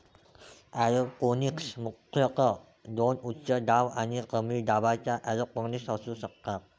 aeroponics मुख्यतः दोन उच्च दाब आणि कमी दाबाच्या एरोपोनिक्स असू शकतात